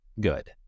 good